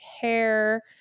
hair